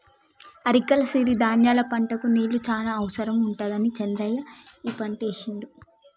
అరికల సిరి ధాన్యాల పంటకు నీళ్లు చాన అవసరం ఉండదని చంద్రయ్య ఈ పంట ఏశిండు